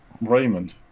Raymond